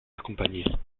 accompagnaient